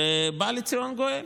ובא לציון גואל,